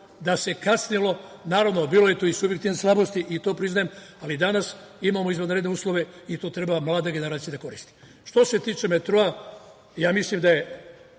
da se kasnilo. Naravno, bilo je tu i subjektivne slabosti i to priznajem, ali danas imamo izvanredne uslove i to treba mlada generacija da koristi. Što se tiče metroa, mislim da je